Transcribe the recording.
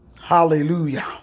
Hallelujah